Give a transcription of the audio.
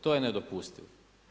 To je nedopustivo.